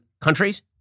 countries